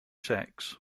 sex